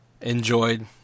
enjoyed